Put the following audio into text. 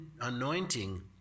anointing